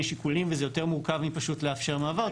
שיקולים וזה יותר מורכב מפשוט לאפשר מעבר,